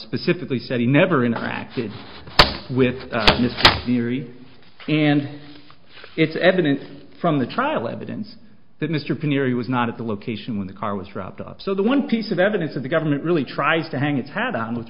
specifically said he never interacted with this theory and it's evidence from the trial evidence that mr pirie was not at the location when the car was wrapped up so the one piece of evidence that the government really tries to hang its hat on with